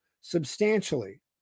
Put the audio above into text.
substantially